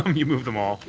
um you moved them all.